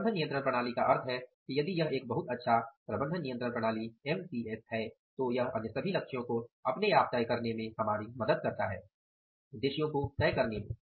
प्रबंधन नियंत्रण प्रणाली का अर्थ है कि यदि यह एक बहुत अच्छा MCS है तो यह अन्य लक्ष्यों को अपने आप तय करने में हमारी मदद करता है उद्देश्यों को तय करने में